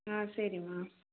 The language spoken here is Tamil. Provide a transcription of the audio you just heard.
ஆ சரிம்மா